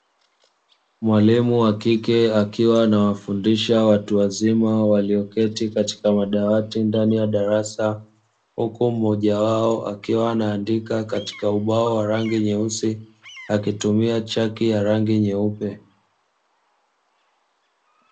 Mwalimu wa kike akiwa anawafundisha watu wazima walioketi katika madawati ndani ya darasa huku mmoja wao akiwa anaandika katika ubao wa rangi nyeusi wakitumia chaki ya rangi ya nyeupe.